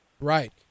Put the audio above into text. Right